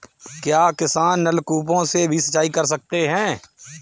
क्या किसान नल कूपों से भी सिंचाई कर सकते हैं?